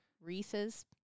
Reese's